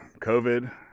covid